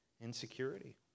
insecurity